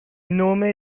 nome